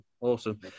Awesome